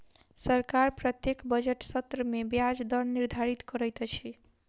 सरकार प्रत्येक बजट सत्र में ब्याज दर निर्धारित करैत अछि